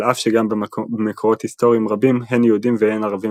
על אף שגם במקורות היסטוריים רבים הן יהודים והן ערבים